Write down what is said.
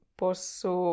posso